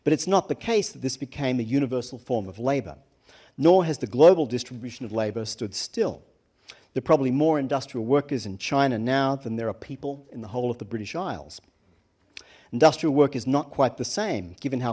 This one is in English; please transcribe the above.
but it's not the case that this became a universal form of labor nor has the global distribution of labor stood still they're probably more industrial workers in china now than there are people in the whole of the british isles industrial work is not quite the same given how